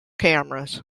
cameras